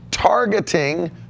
targeting